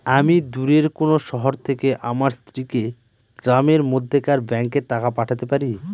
আমি দূরের কোনো শহর থেকে আমার স্ত্রীকে গ্রামের মধ্যেকার ব্যাংকে টাকা পাঠাতে পারি?